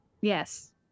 Yes